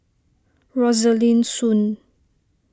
Rosaline Soon